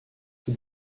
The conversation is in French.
qui